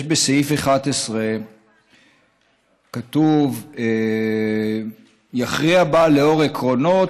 בסעיף 11 כתוב: "יכריע בה לאור עקרונות,